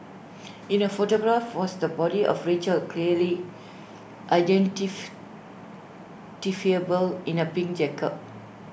in the photograph was the body of Rachel clearly in A pink jacket